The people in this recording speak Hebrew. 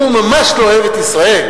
והוא ממש לא אוהב את ישראל,